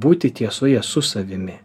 būti tiesoje su savimi